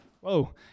Whoa